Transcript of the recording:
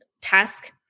task